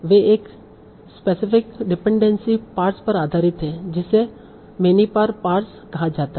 वे एक specific dependency parse पर आधारित है जिसे मिनिपार पार्स कहा जाता है